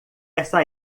essa